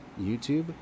youtube